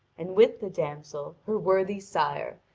and with the damsel her worthy sire,